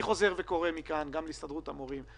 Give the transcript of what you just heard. אני חוזר וקורא מכאן להסתדרות המורים,